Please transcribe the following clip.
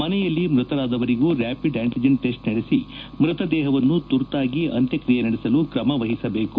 ಮನೆಯಲ್ಲಿ ಮೃತರಾದವರಿಗೂ rapid antigen test ನಡೆಸಿ ಮೃತದೇಹವನ್ನು ತುರ್ತಾಗಿ ಅಂತ್ಯಕ್ಷಿಯೆ ನಡೆಸಲು ತ್ರಮ ವಹಿಸಬೇಕು